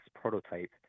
prototype